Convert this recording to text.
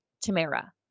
Tamara